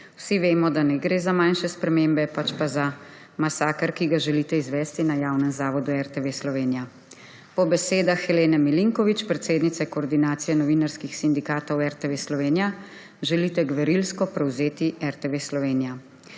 Vsi vemo, da ne gre za manjše spremembe, pač pa za masaker, ki ga želite izvesti na javnem zavodu RTV Slovenija. Po besedah Helene Milinković, predsednice Koordinacije novinarskih sindikatov RTV Slovenija, želite gverilsko prevzeti RTV Slovenija.